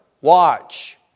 watch